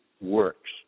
works